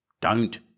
Don't